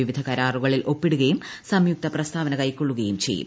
പിവിധ കരാറുകളിൽ ഒപ്പിടുകയും സംയുക്ത പ്രസ്താവന കൈക്കൊള്ളുകയും ചെയ്യും